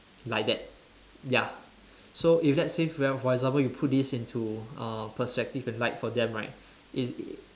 like that ya so if let's say for example you put this into uh perspective and light for them right it's